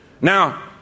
Now